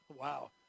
Wow